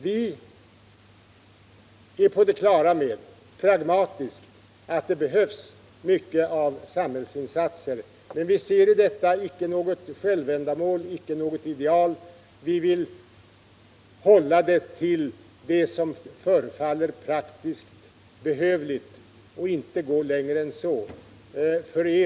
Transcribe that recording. Vi är på det klara med, pragmatiskt, att det behövs mycket av samhällsinsatser, men vi ser i detta icke något självändamål och icke något ideal. Vi vill hålla det till det som förefaller praktiskt behövligt och inte gå längre än så.